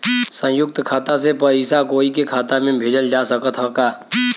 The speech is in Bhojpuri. संयुक्त खाता से पयिसा कोई के खाता में भेजल जा सकत ह का?